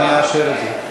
אני אאשר את זה.